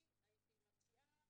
הייתי מציעה,